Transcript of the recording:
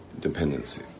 dependency